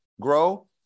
grow